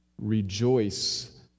Rejoice